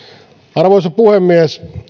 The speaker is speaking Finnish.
arvoisa puhemies